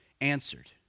answered